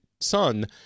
son